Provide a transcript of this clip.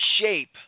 shape